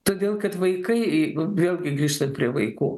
todėl kad vaikai vėlgi grįžtant prie vaikų